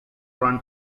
run